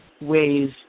ways